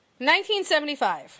1975